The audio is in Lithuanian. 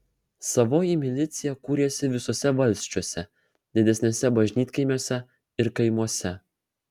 savoji milicija kūrėsi visuose valsčiuose didesniuose bažnytkaimiuose ir kaimuose